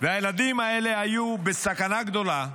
והילדים האלה היו בסכנה גדולה,